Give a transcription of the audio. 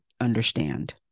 understand